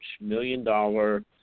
million-dollar